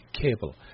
cable